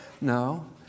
no